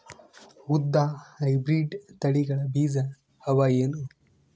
ಉದ್ದ ಹೈಬ್ರಿಡ್ ತಳಿಗಳ ಬೀಜ ಅವ ಏನು?